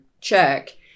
check